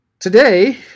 Today